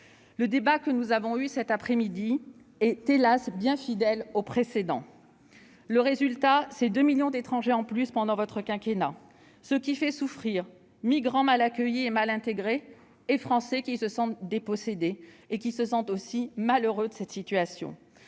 Le débat que nous avons eu cet après-midi est, hélas, bien fidèle aux précédents. Le résultat, c'est 2 millions d'étrangers en plus durant votre quinquennat, ce qui fait souffrir les migrants mal accueillis et mal intégrés, mais aussi des Français qui se sentent dépossédés et malheureux de cette situation.